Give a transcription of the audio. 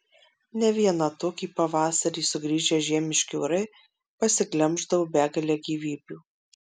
ne vieną tokį pavasarį sugrįžę žiemiški orai pasiglemždavo begalę gyvybių